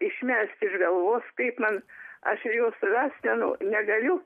išmest iš galvos kaip man aš jos surast neno negaliu